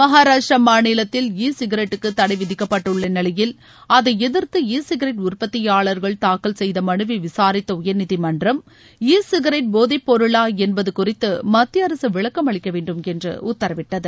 மகாராஷ்டிர மாநிலத்தில் இ சிகரெட்டுக்கு தடைவிதிக்கப்பட்டுள்ள நிலையில் அதை எதிர்த்து இ சிகரெட் உற்பத்தியாளர்கள் தாக்கல் செய்த மனுவை விசாரித்த உயர்நீதிமன்றம் இ சிகரெட் போதைப்பொருளா என்பது குறித்து மத்திய அரசு விளக்கம் அளிக்க வேண்டும் என்று உத்தரவிட்டது